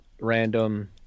random